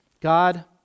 God